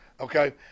Okay